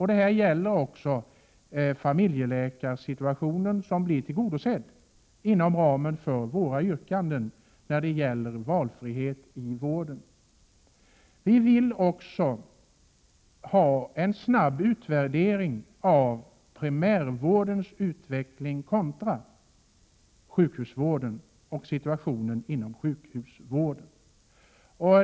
Detta gäller också familjeläkarsituationen, som blir tillgodosedd inom ramen för de moderata yrkandena om valfrihet i vården. Vi moderater vill också att det görs en snabb utvärdering av primärvårdens utveckling kontra sjukhusvården och situationen inom sjukhusvården.